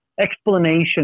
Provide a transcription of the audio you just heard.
explanation